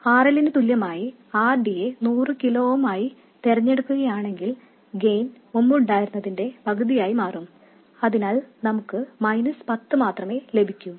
R L ന് തുല്യമായി R D യെ 100 കിലോ ഓം ആയി തിരഞ്ഞെടുക്കുകയാണെങ്കിൽ ഗെയിൻ മുമ്പുണ്ടായിരുന്നതിന്റെ പകുതിയായി മാറും അതിനാൽ നമുക്ക് മൈനസ് 10 മാത്രമേ ലഭിക്കൂ